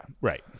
right